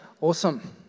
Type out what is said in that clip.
Awesome